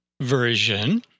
version